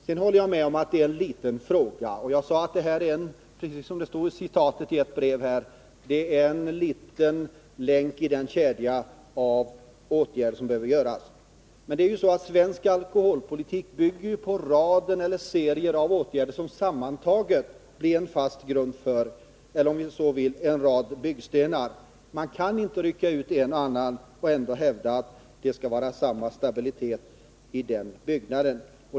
Sedan håller jag med om att frågan om statlig spritrepresentation är ganska liten. Det är, som det stod i ett brev som jag citerade, en liten länk i den kedja av åtgärder som behövs. Men svensk alkoholpolitik bygger ju på serier av åtgärder som sammantagna blir en fast grund — eller, om man så vill, en rad byggstenar. Man kan inte rycka ut en och annan av dessa byggstenar och ändå hävda att det skall vara samma stabilitet i byggnaden.